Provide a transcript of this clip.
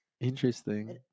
interesting